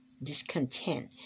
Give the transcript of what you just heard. discontent